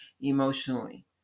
emotionally